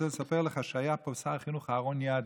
אני רוצה לספר לך שכשהיה פה שר החינוך אהרן ידלין,